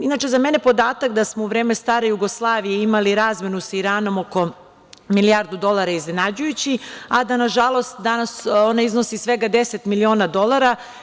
Inače, za mene je podatak da smo u vreme stare Jugoslavije imali razmenu sa Iranom oko milijardu dolara iznenađujući, a da nažalost danas ona iznosi svega 10 miliona dolara.